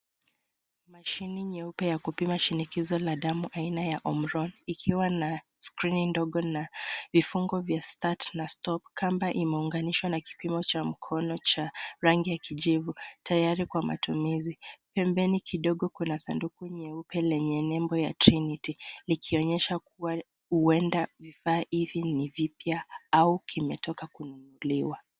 Mashine nyeupe ya kupima shinikizo la damu aina ya Omron, ikiwa na skrini ndogo na vifungo vya start na stop . Kamba imeunganishwa na kipimo cha mkono cha rangi ya kijivu tayari kwa matumizi. Pembeni kidogo, kuna sanduku nyeupe lenye nembo ya Trinity likionyesha kuwa huenda vifaa hivi ni vipya au kimetoka kununuliwa.